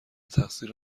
تقصیر